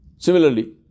Similarly